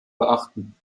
beachten